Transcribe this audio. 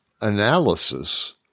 analysis